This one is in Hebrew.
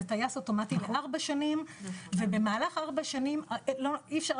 זה טייס אוטומטי לארבע שנים ובמהלך הארבע שנים אי אפשר,